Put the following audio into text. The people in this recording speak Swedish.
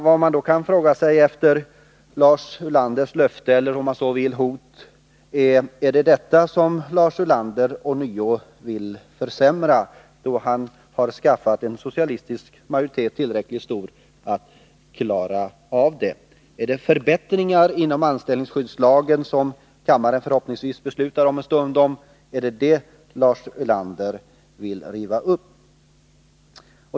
Vad man kan fråga sig efter Lars Ulanders löfte — eller, om man så vill, hot — är: Är det detta som Lars Ulander ånyo vill försämra då han har skaffat en socialistisk majoritet, tillräckligt stor för att klara av det? Är det de förbättringar inom anställningsskyddslagen som kammaren förhoppningsvis om en stund beslutar om som Lars Ulander vill riva upp?